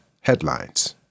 headlines